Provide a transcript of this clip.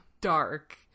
dark